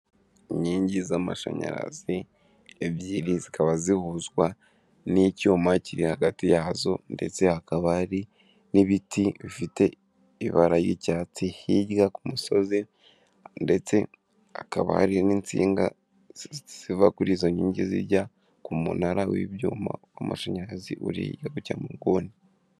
Inkingi z'amashanyarazi ebyiri zikaba zihuzwa n'icyuma kiri hagati yazo ndetse hakaba hari n'ibiti bifite ibara ry'icyatsi, hirya ku musozi ndetse hakaba hari n'insinga ziva kuri izo nkingi zijya ku munara w'ibyuma w'amashanyarazi uri iburyo mu nguni.